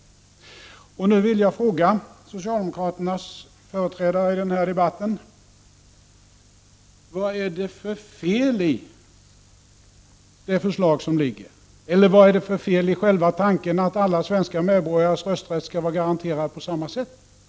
Nu vill jag fråga socialdemokraternas företrädare i den här debatten: Vad är det för fel i det förslag som ligger, eller vad är det för fel i tanken att alla svenska medborgares rösträtt skall vara garanterad på samma sätt? Vad finns — Prot.